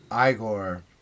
Igor